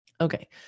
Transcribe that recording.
Okay